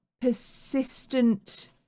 persistent